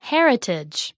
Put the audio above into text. Heritage